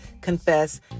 confess